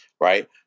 right